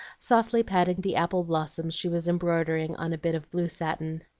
softly patting the apple blossoms she was embroidering on a bit of blue satin.